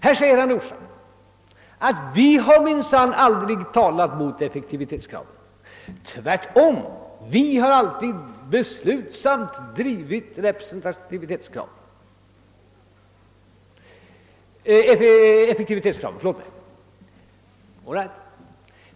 Herr Nordstrandh sade att vi har minsann aldrig talat mot effektivitetskravet. Vi har tvärtom alltid beslutsamt drivit det kravet. All right!